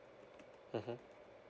mmhmm